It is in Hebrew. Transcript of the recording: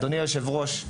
אדוני היושב ראש.